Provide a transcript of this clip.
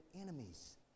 enemies